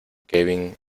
kevin